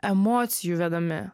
emocijų vedami